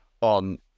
on